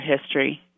history